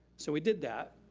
so we did that.